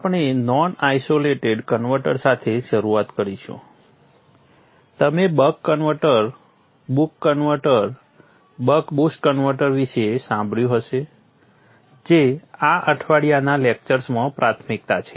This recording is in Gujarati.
આપણે નોન આઇસોલેટેડ કન્વર્ટર સાથે શરૂઆત કરીશું તમે buck converter boost converter buck boost converter વિશે સાંભળ્યું હશે જે આ અઠવાડિયાના લેક્ચર્સમાં પ્રાથમિકતા છે